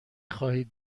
خواهید